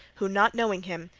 who, not knowing him,